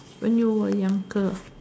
when you were younger